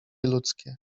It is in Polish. ludzkie